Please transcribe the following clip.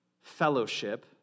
fellowship